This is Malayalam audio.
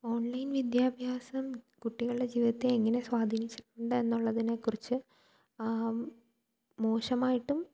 ഓൺലൈൻ വിദ്യാഭ്യാസം കുട്ടികളുടെ ജീവിതത്തെ എങ്ങനെ സ്വാധീനിച്ചിട്ടുണ്ട് എന്നുള്ളതിനെക്കുറിച്ച് മോശമായിട്ടും